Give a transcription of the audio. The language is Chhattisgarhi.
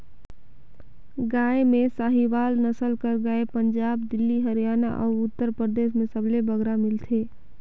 गाय में साहीवाल नसल कर गाय पंजाब, दिल्ली, हरयाना अउ उत्तर परदेस में सबले बगरा मिलथे